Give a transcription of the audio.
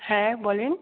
হ্যাঁ বলুন